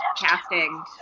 casting